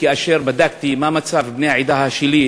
כאשר בדקתי מה מצב בני העדה שלי,